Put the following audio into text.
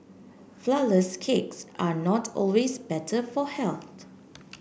flourless cakes are not always better for health